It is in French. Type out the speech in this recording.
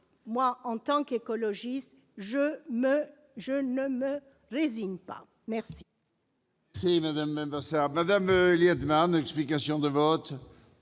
cela, en tant qu'écologiste, je ne me résigne pas !